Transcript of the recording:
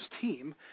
team